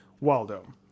Waldo